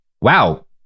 wow